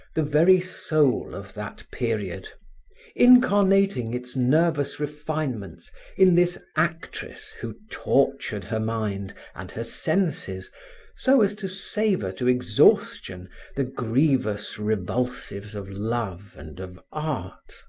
the very soul of that period incarnating its nervous refinements in this actress who tortured her mind and her senses so as to savor to exhaustion the grievous revulsives of love and of art.